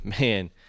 Man